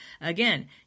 Again